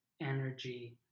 energy